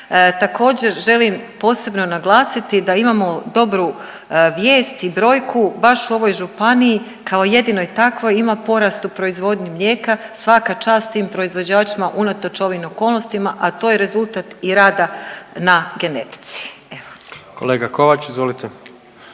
Također želim posebno naglasiti da imamo dobru vijest i brojku baš u ovoj županiji kao jedinoj takvoj ima porast u proizvodnji mlijeka, svaka čast tim proizvođačima unatoč ovim okolnostima, a to je rezultat i rada na genetici, evo.